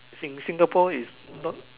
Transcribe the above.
Sing~ Singapore is not